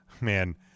man